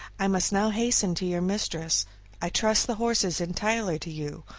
i must now hasten to your mistress i trust the horses entirely to you,